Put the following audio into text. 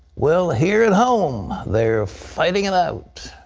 well, here at home, they're fighting it out.